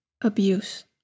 abuse